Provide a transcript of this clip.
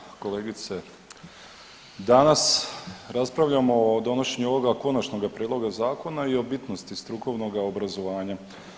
Uvažena kolegice, danas raspravljamo o donošenju ovoga konačnoga prijedloga zakona i o bitnosti strukovnoga obrazovanja.